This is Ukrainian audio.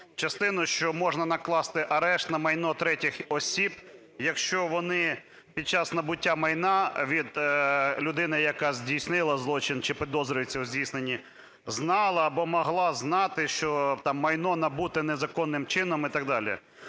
частину, що можна накласти арешт на майно третіх осіб, якщо вони під час набуття майна від людини, яка здійснила злочин чи підозрюється у здійсненні, знала або могла знати, що майно, набуте незаконним чином і так далі.